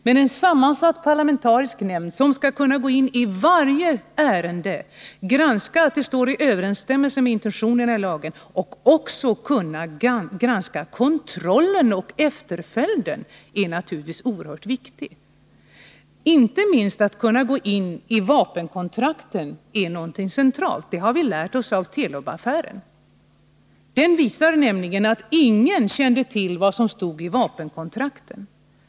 Men en politiskt sammansatt parlamentarisk nämnd som skall kunna gå in i varje ärende och granska att det står i överensstämmelse med intentionerna i lagen och som även skall kunna granska efterföljden är naturligtvis viktig. Inte minst skall nämnden kunna granska vapenkontrakt. Det är någonting centralt — det har vi lärt oss av Telubaffären. Den visar nämligen att ingen kände till vad som stod i vapenkontrakten.